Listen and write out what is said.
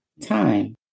time